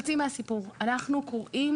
אנחנו קוראים,